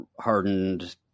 hardened